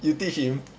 you teach him